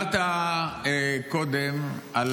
מה לא אמת במה שהוא אמר?